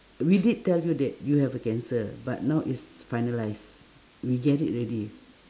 we did tell you that you have a cancer but now is finalise we get it already